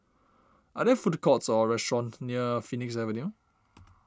are there food courts or restaurants near Phoenix Avenue